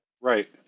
Right